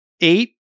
eight